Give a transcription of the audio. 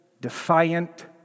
defiant